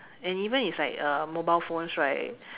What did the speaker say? and even it's like mobile phones right